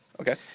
Okay